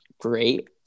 great